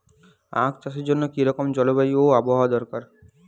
আখ চাষের জন্য কি রকম জলবায়ু ও আবহাওয়া দরকার?